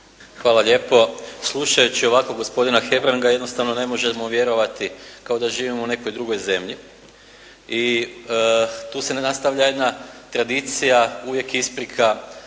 Hvala lijepo. Slušajući ovako gospodina Hebranga jednostavno ne možemo vjerovati, kao da živimo u nekoj drugoj zemlji. I tu se ne nastavlja jedna tradicija uvijek isprika